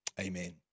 Amen